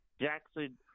Jackson